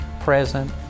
present